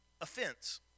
Offense